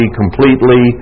completely